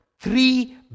three